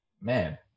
man